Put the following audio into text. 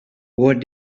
what